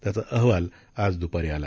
त्याचा अहवाल आज दुपारी आला